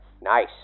Nice